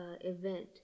event